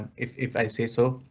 if if i say so.